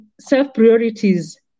self-priorities